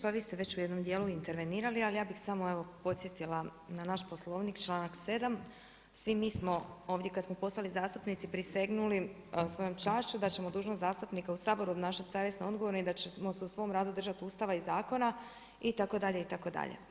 Pa vi ste već u jednom dijelu intervenirali, ali ja bi samo, evo podsjetila na naš poslovnik, članak 7. svi mi smo ovdje kad smo postali zastupnici, prisegnuli, svojom čašću da ćemo dužnost zastupnika u Saboru obnašati savjesno, odgovorno i da ćemo se u svom radu držati Ustava i zakona itd., itd.